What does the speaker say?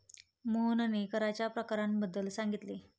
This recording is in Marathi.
मोहनने कराच्या प्रकारांबद्दल सांगितले